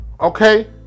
Okay